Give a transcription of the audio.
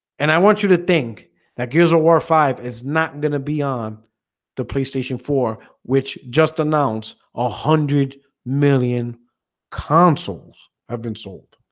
and i want you to think that gears of war five is not gonna be on the playstation four which just announced a hundred million consoles have been sold